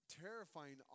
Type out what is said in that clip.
terrifying